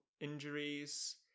injuries